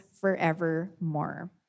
forevermore